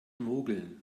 mogeln